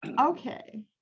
Okay